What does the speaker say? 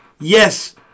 Yes